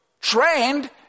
trained